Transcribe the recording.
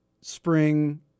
spring